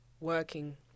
working